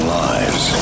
lives